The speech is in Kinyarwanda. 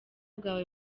bwawe